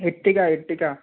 Ertiga Ertiga